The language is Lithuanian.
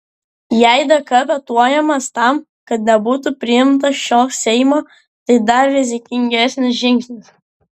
jei dk vetuojamas tam kad nebūtų priimtas šio seimo tai dar rizikingesnis žingsnis